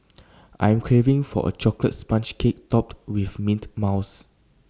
I am craving for A Chocolate Sponge Cake Topped with Mint Mousse